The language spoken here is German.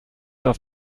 auf